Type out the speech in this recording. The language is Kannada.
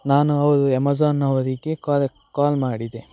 ನಾನು ಹೌದು ಎಮಜಾನ್ ಅವರಿಗೆ ಕಾಲ್ ಮಾಡಿದೆ